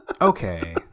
okay